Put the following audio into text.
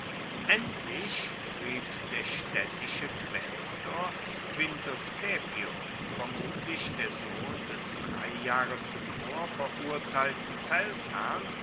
endlich trieb der städtische quästor quintus caepio vermutlich der sohn des drei jahre zuvor verurteilten feldherrn